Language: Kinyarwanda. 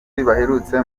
baherutse